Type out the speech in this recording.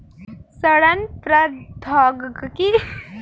सड़न प्रधौगकी का होखे?